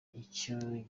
icyo